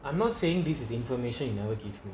I'm not saying this is information you never give me